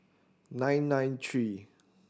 nine nine three